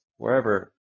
wherever